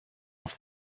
off